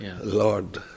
lord